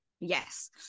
yes